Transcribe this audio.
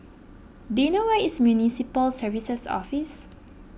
do you know where is Municipal Services Office